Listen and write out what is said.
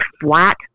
flat